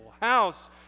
house